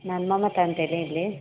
ನಾನು ಮಮತಾ ಅಂತೇಳಿ ಹೇಳಿ